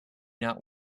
not